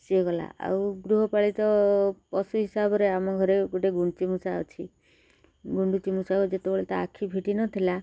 ସିଏ ଗଲା ଆଉ ଗୃହପାଳିତ ପଶୁ ହିସାବରେ ଆମ ଘରେ ଗୋଟେ ଗୁଣ୍ଡିଚି ମୂଷା ଅଛି ଗୁଣ୍ଡୁଚି ମୂଷା ଯେତେବେଳେ ତ ଆଖି ଫିଟି ନଥିଲା